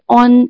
on